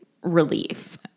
Relief